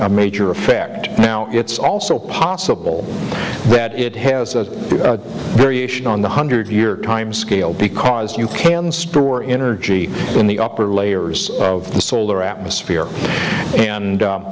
a major effect now it's also possible that it has a variation on the hundred year time scale because you can store energy in the upper layers of the solar atmosphere and